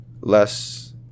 less